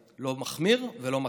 לא מחמיר ולא מקל.